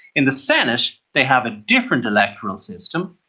in the senate they have a different electoral system,